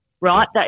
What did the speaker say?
right